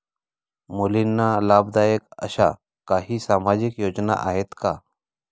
मुलींना लाभदायक अशा काही सामाजिक योजना आहेत का?